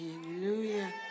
Hallelujah